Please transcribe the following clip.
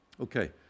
Okay